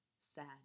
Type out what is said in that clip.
sad